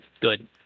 good